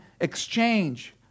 exchange